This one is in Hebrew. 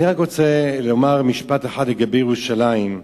אני רק רוצה לומר משפט אחד לגבי ירושלים.